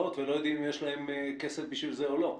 ולא יודעים אם יש להם כסף בשביל זה או לא.